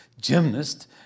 gymnast